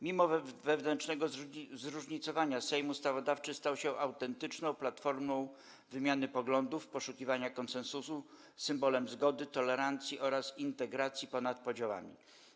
Mimo wewnętrznego zróżnicowania Sejm Ustawodawczy stał się autentyczną platformą wymiany poglądów, poszukiwania konsensusu, symbolem zgody, tolerancji oraz integracji ponad podziałami.